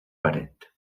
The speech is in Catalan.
paret